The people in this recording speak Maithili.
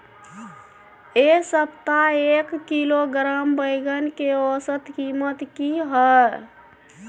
ऐ सप्ताह एक किलोग्राम बैंगन के औसत कीमत कि हय?